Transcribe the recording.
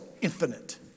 infinite